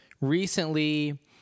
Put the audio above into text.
recently